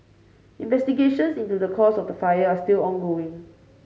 investigations into the cause of the fire are still ongoing